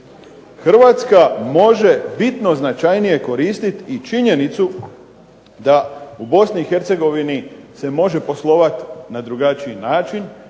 Hrvatska može bitno značajnije koristiti i činjenicu da u Bosni i Hercegovini se može poslovati na drugačiji način